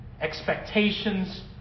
expectations